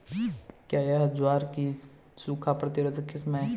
क्या यह ज्वार की सूखा प्रतिरोधी किस्म है?